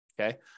okay